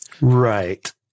Right